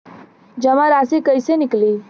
जमा राशि कइसे निकली?